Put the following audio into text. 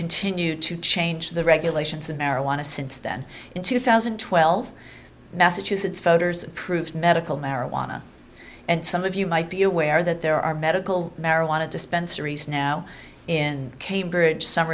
continue to change the regulations of marijuana since then in two thousand and twelve massachusetts voters approved medical marijuana and some of you might be aware that there are medical marijuana dispensaries now in cambridge some